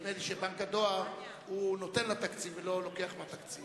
נדמה לי שבנק הדואר הוא נותן לתקציב ולא לוקח מהתקציב.